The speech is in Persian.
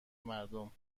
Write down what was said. مردم